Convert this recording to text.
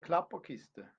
klapperkiste